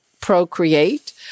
procreate